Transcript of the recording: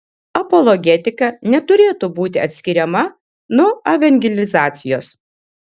apologetika neturėtų būti atskiriama nuo evangelizacijos